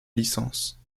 licence